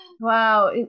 wow